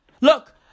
look